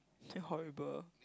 horrible